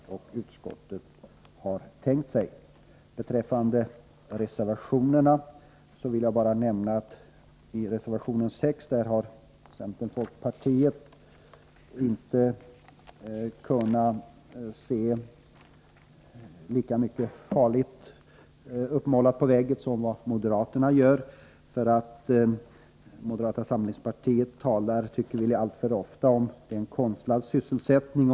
Som framgår av reservation 6 har centern och folkpartiet inte kunnat finna lika många farligheter ”uppmålade” på väggen som moderaterna finner. Moderata samlingspartiet talar, tycker vi, alltför ofta om en konstlad sysselsättning.